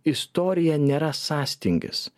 istorija nėra sąstingis